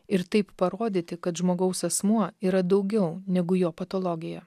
ir taip parodyti kad žmogaus asmuo yra daugiau negu jo patologija